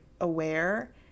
aware